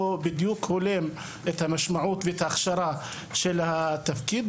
בדיוק הולם את המשמעות ואת ההכשרה של התפקיד.